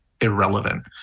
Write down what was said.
irrelevant